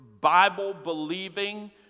Bible-believing